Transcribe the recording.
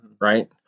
right